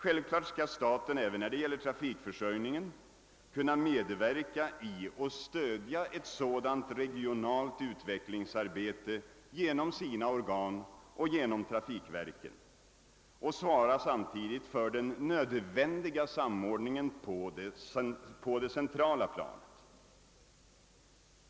Givetvis skall staten även när det gäller trafikförsörjningen kunna medverka i och stödja ett sådant regionalt utvecklingsarbete genom sina organ och genom trafikverken och samtidigt svara för den nödvändiga samordningen på det centrala planet.